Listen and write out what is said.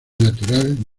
natural